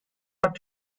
not